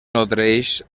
nodreix